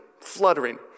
fluttering